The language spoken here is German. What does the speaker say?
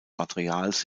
materials